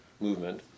movement